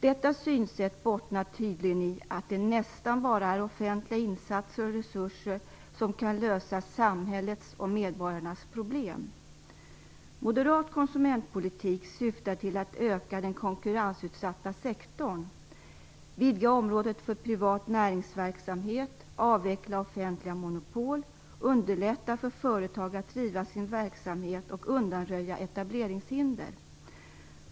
Detta synsätt bottnar tydligen i att det nästan bara är offentliga insatser och resurser som kan lösa samhällets och medborgarnas problem. Moderat konsumentpolitik syftar till att öka den konkurrensutsatta sektorn, vidga området för privat näringsverksamhet, avveckla offentliga monopol, underlätta för företag att driva sin verksamhet och undanröja etableringshinder.